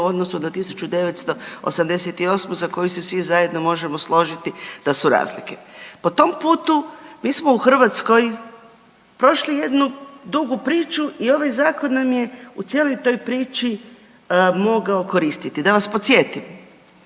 odnosu na 1988. za koju se svi zajedno možemo složiti da su razlike. Po tom putu, mi smo u Hrvatskoj prošli jednu dugu priču i ovaj Zakon nam je u cijeloj toj priči mogao koristiti. Da vas podsjetim,